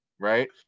Right